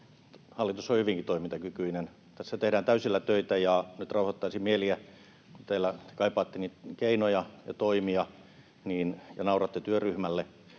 Hallitus on hyvinkin toimintakykyinen. Tässä tehdään täysillä töitä, ja nyt rauhoittaisin mieliä. Kun te kaipaatte niitä keinoja ja toimia ja nauratte työryhmälle,